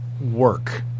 work